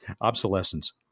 Obsolescence